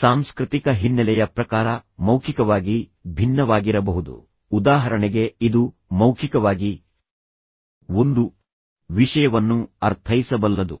ಸಾಂಸ್ಕೃತಿಕ ಹಿನ್ನೆಲೆಯ ಪ್ರಕಾರ ಮೌಖಿಕವಾಗಿ ಭಿನ್ನವಾಗಿರಬಹುದು ಉದಾಹರಣೆಗೆ ಇದು ಮೌಖಿಕವಾಗಿ ಒಂದು ವಿಷಯವನ್ನು ಅರ್ಥೈಸಬಲ್ಲದು